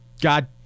God